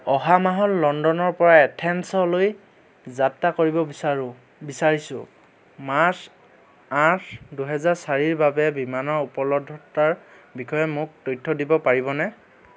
অহা মাহত লণ্ডনৰ পৰা এথেন্সলৈ যাত্ৰা কৰিব বিচাৰোঁ বিচাৰিছোঁ মাৰ্চ আঠ দুহেজাৰ চাৰিৰ বাবে বিমানৰ উপলব্ধতাৰ বিষয়ে মোক তথ্য দিব পাৰিবনে